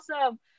awesome